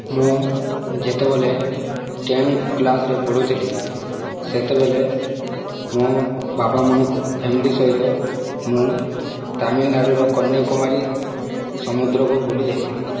ମୁଁ ଯେତେବେଳେ ଟେନ୍ କ୍ଲାସ୍ରେ ପଢ଼ୁଥିଲି ସେତେବେଳେ ମୁଁ ବାପା ମାଆଙ୍କୁ ଫ୍ୟାମିଲି ସହିତ ମୁଁ ତାମିଲନାଡ଼ୁର କନ୍ୟାକୁମାରୀ ସମୁଦ୍ରକୁ ବୁଲିଯାଇଥିଲି